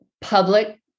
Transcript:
Public